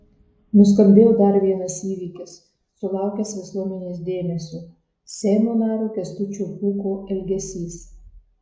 nuskambėjo dar vienas įvykis sulaukęs visuomenės dėmesio seimo nario kęstučio pūko elgesys